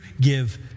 give